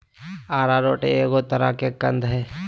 arrowroot एगो तरह के कंद हइ